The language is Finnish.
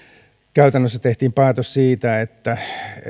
käytännössä tehtiin päätös siitä että